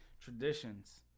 traditions